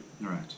Right